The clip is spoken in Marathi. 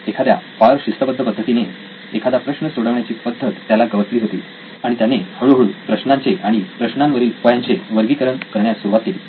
एखाद्या फार शिस्तबद्ध पद्धतीने एखादा प्रश्न सोडवण्याची पद्धत त्याला गवसली होती आणि त्याने हळूहळू प्रश्नांचे आणि प्रश्नांवरील उपायांचे वर्गीकरण करण्यास सुरुवात केली